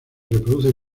reproduce